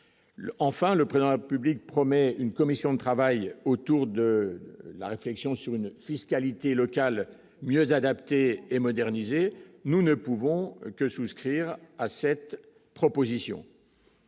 enfin, le président public promet une commission de travail autour de la réflexion sur une fiscalité locale mieux adapté et modernisé, nous ne pouvons que souscrire à cette proposition.